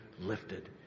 lifted